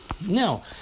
now